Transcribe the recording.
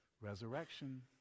Resurrection